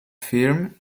firm